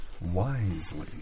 wisely